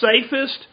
safest